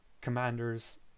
commanders